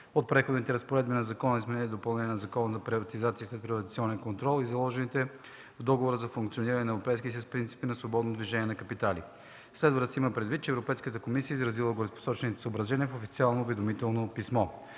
от Преходните разпоредби на Закона за изменение и допълнение на Закона за приватизация и следприватизационен контрол и заложените в Договора за функциониране на Европейския съюз принципи на свободно движение на капитали. Следва да се има предвид, че Европейската комисия е изразила горепосочените съображения в официално уведомително писмо.